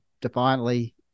defiantly